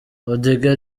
odinga